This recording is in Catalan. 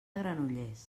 granollers